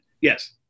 Yes